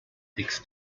takes